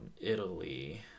italy